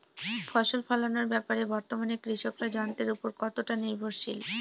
ফসল ফলানোর ব্যাপারে বর্তমানে কৃষকরা যন্ত্রের উপর কতটা নির্ভরশীল?